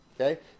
okay